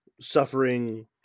suffering